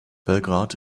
belgrad